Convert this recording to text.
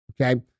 okay